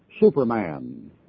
Superman